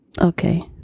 Okay